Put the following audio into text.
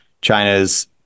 China's